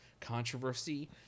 controversy